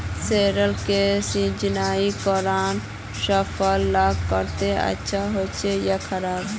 Solar से सिंचाई करना फसल लार केते अच्छा होचे या खराब?